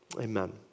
Amen